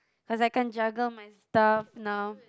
cause I can't juggle my stuff now